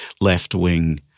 left-wing